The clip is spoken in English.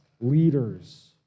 leaders